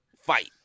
fight